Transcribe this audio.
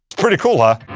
pretty cool, huh?